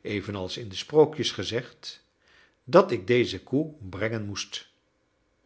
evenals in de sprookjes gezegd dat ik deze koe brengen moest